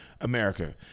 America